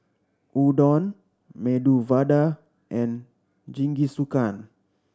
Udon Medu Vada and Jingisukan